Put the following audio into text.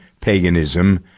paganism